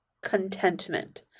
contentment